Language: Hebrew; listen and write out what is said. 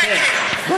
אמר,